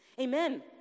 Amen